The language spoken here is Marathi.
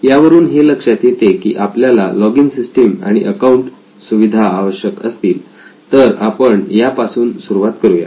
यावरून हे लक्षात येते की आपल्याला लॉगिन सिस्टीम आणि अकाउंट सुविधा आवश्यक असतील तर आपण या पासून सुरुवात करुया